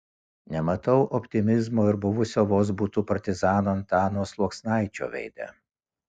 nematau optimizmo ir buvusio vozbutų partizano antano sluoksnaičio veide